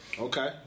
Okay